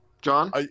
John